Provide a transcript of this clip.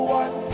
one